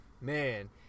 man